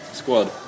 squad